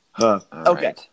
Okay